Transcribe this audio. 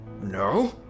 No